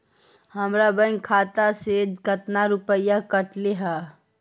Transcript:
हमरा बैंक खाता से कतना रूपैया कटले है?